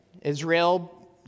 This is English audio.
Israel